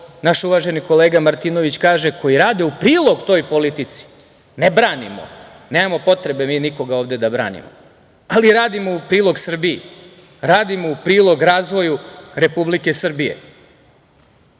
naš uvaženi kolega Martinović kaže, koji rade u prilog toj politici, ne branimo, nemamo potrebe mi nikoga ovde da branimo, ali radimo u prilog Srbiji, radimo u prilog razvoju Republike Srbije. Naš